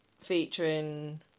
featuring